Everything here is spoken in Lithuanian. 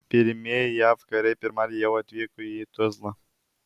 pirmieji jav kariai pirmadienį jau atvyko į tuzlą